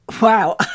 Wow